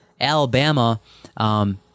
Alabama—